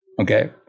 Okay